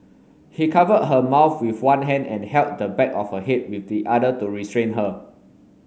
he covered her mouth with one hand and held the back of her head with the other to restrain her